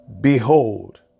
Behold